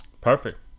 perfect